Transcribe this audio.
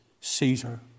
Caesar